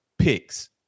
picks